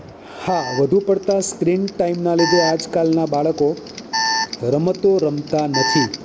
હા વધુ પડતા સ્ક્રીન ટાઇમના લીધે આજકાલના બાળકો રમતો રમતા નથી